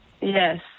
Yes